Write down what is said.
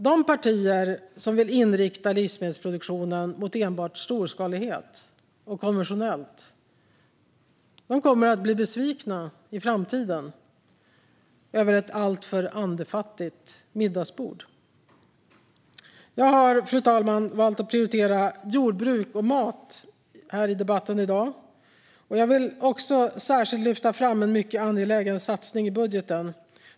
De partier som vill inrikta livsmedelsproduktionen mot enbart storskaligt och konventionellt kommer att i framtiden bli besvikna över ett alltför andefattigt middagsbord. Fru talman! Jag har valt att prioritera jordbruk och mat i debatten här i dag. Jag vill också särskilt lyfta fram en mycket angelägen satsning i budgeten.